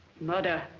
murder.